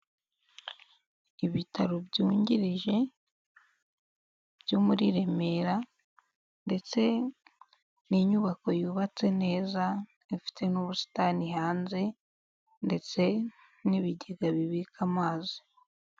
Ibitaro byungirije byo muri Remera ndetse ni inyubako yubatse neza, ifite n'ubusitani hanze ndetse n' ibigega bibika amazi.